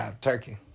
turkey